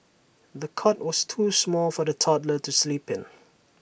the cot was too small for the toddler to sleep in